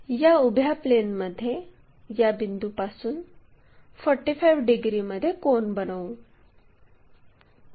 या उभ्या प्लेनमध्ये या बिंदूपासून 45 डिग्रीमध्ये कोन बनवू